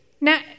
now